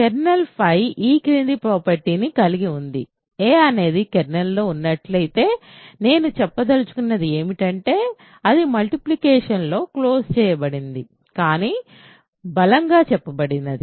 kernel ఈ కింది ప్రాపర్టీలని కలిగి ఉంది a అనేది కెర్నల్లో ఉన్నట్లయితే నేను చెప్పదలుచుకున్నది ఏమిటంటే అది మల్టిప్లికెషన్ లో క్లోజ్ చేయబడింది కానీ బలంగా చెప్పబడినది